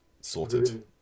Sorted